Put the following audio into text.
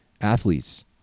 Athletes